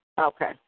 okay